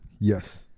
Yes